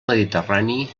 mediterrani